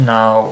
Now